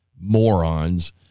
morons